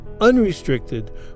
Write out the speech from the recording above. unrestricted